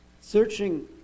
Searching